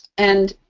and,